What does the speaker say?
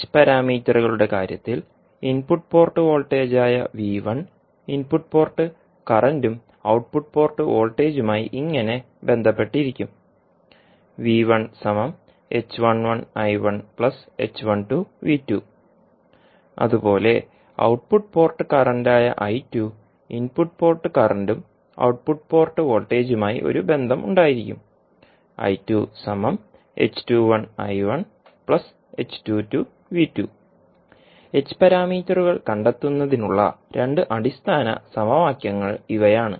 h പാരാമീറ്ററുകളുടെ കാര്യത്തിൽ input port വോൾട്ടേജായ ഇൻപുട്ട് പോർട്ട് കറന്റും ഔട്ട്പുട്ട് പോർട്ട് വോൾട്ടേജുമായി ഇങ്ങനെ ബന്ധപ്പെട്ടിരിക്കും അതുപോലെ ഔട്ട്പുട്ട് പോർട്ട് കറന്റ് ആയ ഇൻപുട്ട് പോർട്ട് കറന്റും ഔട്ട്പുട്ട് പോർട്ട് വോൾട്ടേജുമായി ഒരു ബന്ധമുണ്ടായിരിക്കും h പാരാമീറ്ററുകൾ കണ്ടെത്തുന്നതിനുള്ള രണ്ട് അടിസ്ഥാന സമവാക്യങ്ങൾ ഇവയാണ്